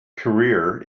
career